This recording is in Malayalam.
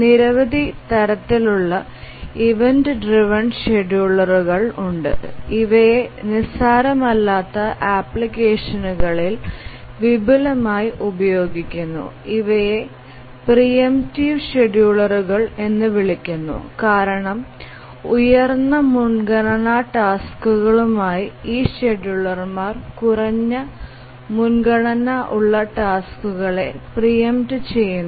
നിരവധി തരത്തിലുള്ള ഇവന്റ് ഡ്രൈവ്എൻ ഷെഡ്യൂളറുകൾ ഉണ്ട് ഇവയെ നിസ്സാരമല്ലാത്ത ആപ്ലിക്കേഷനുകളിൽ വിപുലമായി ഉപയോഗിക്കുന്നു ഇവയെ പ്രീ എംപ്റ്റീവ് ഷെഡ്യൂളറുകൾ എന്ന് വിളിക്കുന്നു കാരണം ഉയർന്ന മുൻഗണനാ ടാസ്കുകൾകായി ഈ ഷെഡ്യൂളർമാർ കുറഞ്ഞ മുൻഗണനാ ഉള്ള ടാസ്കുകളെ പ്രീ എംപ്റ്റ് ചെയുന്നു